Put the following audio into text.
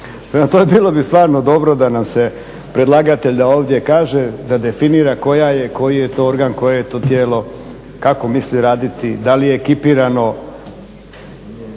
tome, bilo bi stvarno dobro da nam se predlagatelj, da ovdje kaže da definira koja je, koji je to organ, koje je to tijelo, kako misli raditi, da li je ekipirano.